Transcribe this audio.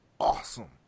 awesome